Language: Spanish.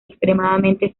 extremadamente